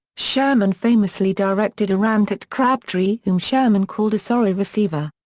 sherman famously directed a rant at crabtree whom sherman called a sorry receiver.